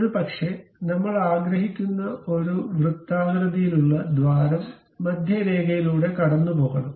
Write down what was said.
ഒരുപക്ഷേ നമ്മൾ ആഗ്രഹിക്കുന്ന ഒരു വൃത്താകൃതിയിലുള്ള ദ്വാരം മധ്യരേഖയിലൂടെ കടന്നുപോകണം